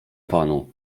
panu